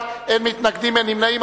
אין מתנגדים ואין נמנעים.